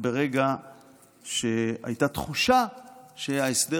ברגע שהייתה תחושה שההסדר